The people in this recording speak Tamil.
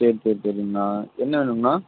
சரி சரி சரிங்ண்ணா என்ன வேணுங்கண்ணா